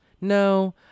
no